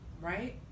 right